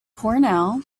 cornell